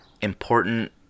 important